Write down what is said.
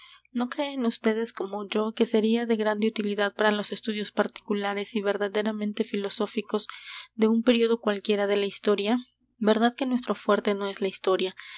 no creen ustedes como yo que sería de grande utilidad para los estudios particulares y verdaderamente filosóficos de un período cualquiera de la historia verdad que nuestro fuerte no es la historia